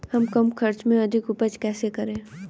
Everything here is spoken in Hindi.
हम कम खर्च में अधिक उपज कैसे करें?